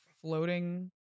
floating